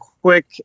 quick